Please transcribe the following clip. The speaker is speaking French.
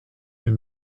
deux